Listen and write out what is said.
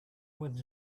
went